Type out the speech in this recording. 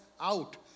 out